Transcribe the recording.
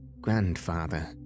Grandfather